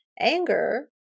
Anger